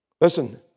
Listen